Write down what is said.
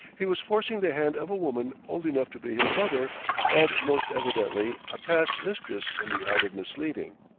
he was forcing the hand of a woman old enough to be his mother and most evidently a past-mistress in the art of misleading.